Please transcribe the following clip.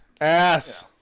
ass